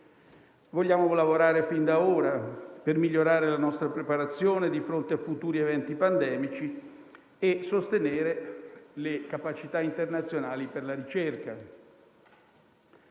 Vogliamo lavorare fin d'ora per migliorare la nostra preparazione di fronte a futuri eventi pandemici e sostenere le capacità internazionali per la ricerca.